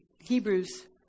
Hebrews